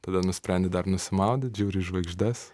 tada nusprendi dar nusimaudyt žiūri į žvaigždes